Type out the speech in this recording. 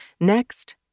Next